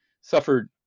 suffered